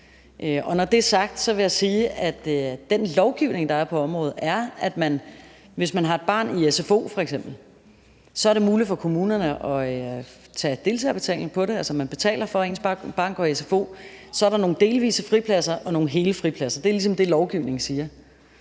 Når det er sagt, vil jeg sige, at den lovgivning, der er på området, er, at hvis man f.eks. har et barn i en sfo, er det muligt for kommunerne at tage deltagerbetaling for det, altså at man betaler for, at ens barn går i sfo. Så er der nogle delvise fripladser og nogle hele fripladser – det er ligesom det, lovgivningen siger.